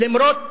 למרות